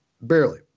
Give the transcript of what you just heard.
Barely